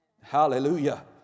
Hallelujah